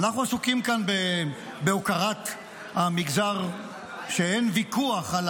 אנחנו עסוקים כאן בהוקרת מגזר שאין ויכוח על